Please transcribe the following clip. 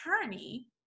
attorney